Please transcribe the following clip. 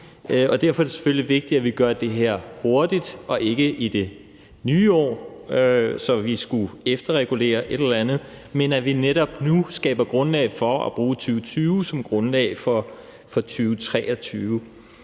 derfor er det selvfølgelig vigtigt, at vi gør det her hurtigt og ikke i det nye år, så vi vil skulle efterregulere et eller andet, men at vi netop nu skaber grundlag for at bruge 2020 som grundlag for